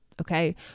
Okay